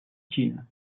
xina